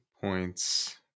points